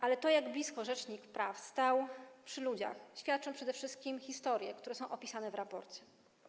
Ale o tym, jak blisko rzecznik praw stał przy ludziach, świadczą przede wszystkim historie, które są opisane w raporcie.